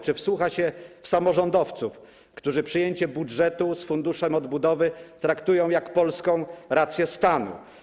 Czy wsłucha się w głos samorządowców, którzy przyjęcie budżetu z Funduszem Odbudowy traktują jak polską rację stanu?